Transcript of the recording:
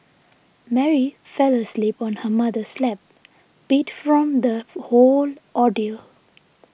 Mary fell asleep on her mother's lap beat from the whole ordeal